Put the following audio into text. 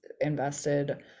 invested